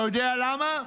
אתה יודע למה?